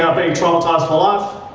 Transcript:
ah being traumatised for life,